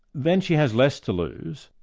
then she has less to lose.